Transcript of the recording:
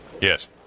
Yes